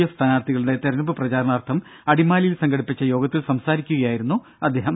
F സ്ഥാനാർത്ഥികളുടെ തെരഞ്ഞെടുപ്പു പ്രചാരണാർത്ഥം അടിമാലിയിൽ സംഘടിപ്പിച്ച യോഗത്തിൽ സംസാരിക്കുകയായി രുന്നു അദ്ദേഹം